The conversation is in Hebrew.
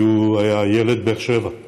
כי הוא היה יליד בבאר שבע,